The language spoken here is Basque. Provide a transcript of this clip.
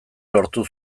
lortu